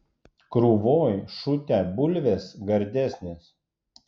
krūvoj šutę bulvės gardesnės